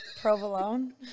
Provolone